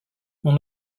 mon